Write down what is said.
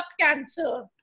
cancer